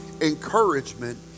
encouragement